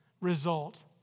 result